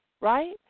right